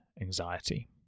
anxiety